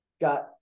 Got